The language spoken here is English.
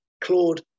Claude